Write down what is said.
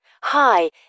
Hi